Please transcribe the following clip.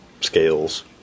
scales